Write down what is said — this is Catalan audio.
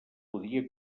podia